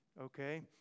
okay